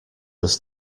was